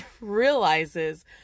realizes